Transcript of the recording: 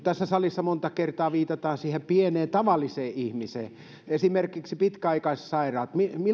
tässä salissa monta kertaa viitataan siihen pieneen tavalliseen ihmiseen esimerkiksi pitkäaikaissairaisiin